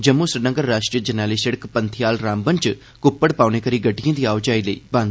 जम्मू श्रीनगर राष्ट्रीय जरनैली सड़क पथिआल रामबन च क्प्पड़ पौने करी गड्डियें दी आओ जाओ लेई बंद